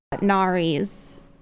Nari's